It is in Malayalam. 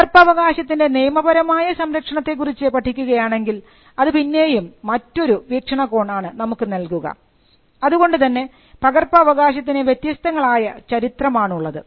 പകർപ്പവകാശത്തിൻറെ നിയമപരമായ സംരക്ഷണത്തെക്കുറിച്ച് പഠിക്കുകയാണെങ്കിൽ അത് പിന്നെയും മറ്റൊരു ഒരു വീക്ഷണ കോൺ ആണ് നമുക്ക് നൽകുക അതുകൊണ്ടുതന്നെ പകർപ്പവകാശത്തിന് വ്യത്യസ്തങ്ങളായ ചരിത്രമാണുള്ളത്